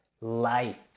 life